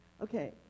Okay